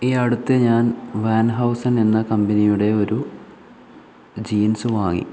ഈ അടുത്ത് ഞാൻ വാൻ ഹൗസൻ എന്ന കമ്പനിയുടെ ഒരു ജീൻസ് വാങ്ങി